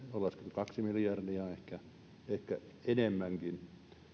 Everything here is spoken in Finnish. kaksi miljardia ehkä enemmänkin